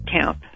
camp